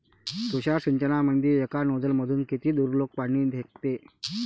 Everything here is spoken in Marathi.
तुषार सिंचनमंदी एका नोजल मधून किती दुरलोक पाणी फेकते?